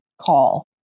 call